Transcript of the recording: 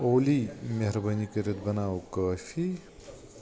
اولی مہربٲنی کٔرِتھ بناو کافی